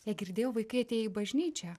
ją girdėjo vaikai atėję į bažnyčią